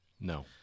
no